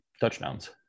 touchdowns